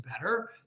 better